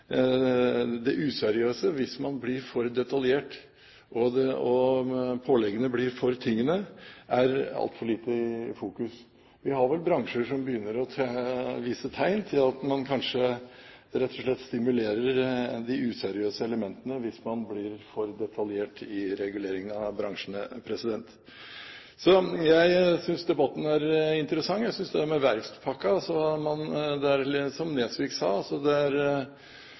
det useriøse hvis man blir for detaljert og påleggene blir for tyngende, er altfor lite i fokus. Vi har vel bransjer som begynner å vise tegn til at man kanskje rett og slett stimulerer de useriøse elementene hvis man blir for detaljert i reguleringen av dem. Jeg synes debatten er interessant, også dette med verftspakken. Som Nesvik sa, det er lite vi som politikere får gjort med